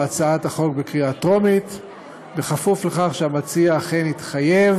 בהצעת החוק בקריאה טרומית בכפוף לכך שהמציע אכן יתחייב